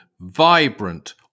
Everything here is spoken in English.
vibrant